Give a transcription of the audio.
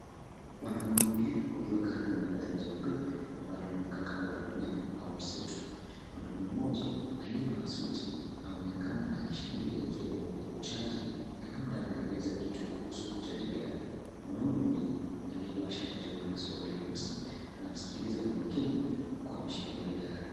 Wanaume wawili wakiwa karibu na gari jeupe ambalo linaonekana kuwa la umeme au misitu. Mwanamme mmoja aliye vaa suti anaonekana akishikilia [cs ] kebo[cs ] ya [cs ] kuchaji [cs ] na labda yanaeleza kitu kuhusu [cs ] kuchaji [cs ] gari. Mwamme mwingine aliye valia shati jeupe na suruali nyeusi anasikiliza kwa makini akiwa ameshikilia gari.